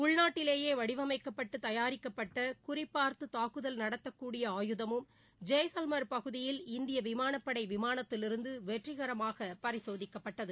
உள்நாட்டிலேயே வடிவமைக்கப்பட்டு தயாரிக்கப்பட்ட குறிபார்த்து தாக்குதல் நடத்தக்கூடிய ஆயுதமும் ஜெய்சால்ம் பகுதியில் இந்திய விமானப்படை விமானத்திலிருந்து வெற்றிகரமாக பரிசோதிக்கப்பட்டது